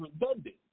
redundant